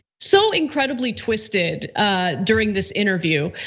so incredibly twisted during this interview.